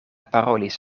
parolis